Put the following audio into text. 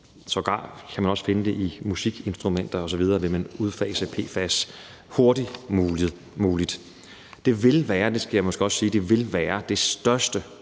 – man kan sågar også finde det i musikinstrumenter – vil udfase PFAS hurtigst muligt. Det vil være det største